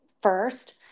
first